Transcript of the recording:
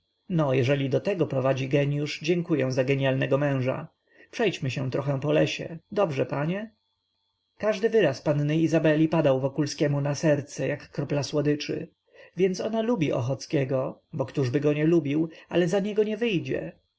no jeżeli do tego prowadzi geniusz dziękuję za genialnego męża przejdźmy się trochę po lesie dobrze panie każdy wyraz panny izabeli padał wokulskiemu na serce jak kropla słodyczy więc ona lubi ochockiego bo któżby go nie lubił ale za niego nie wyjdzie